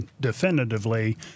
definitively